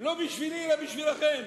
לא בשבילי, אלא בשבילכם.